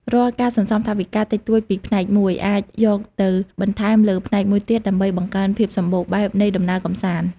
រាល់ការសន្សំថវិកាតិចតួចពីផ្នែកមួយ អាចយកទៅបន្ថែមលើផ្នែកមួយទៀតដើម្បីបង្កើនភាពសំបូរបែបនៃដំណើរកម្សាន្ត។